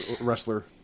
wrestler